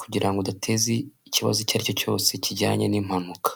kugirango udateze ikibazo icyo ari cyo cyose kijyanye n'impanuka.